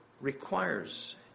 requires